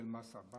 כולל מס עבאס?